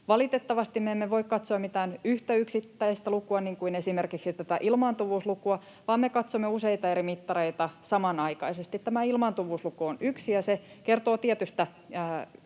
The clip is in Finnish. Valitettavasti me emme voi katsoa mitään yhtä yksittäistä lukua, niin kuin esimerkiksi tätä ilmaantuvuuslukua, vaan me katsomme useita eri mittareita samanaikaisesti. Tämä ilmaantuvuusluku on yksi, ja se kertoo tietystä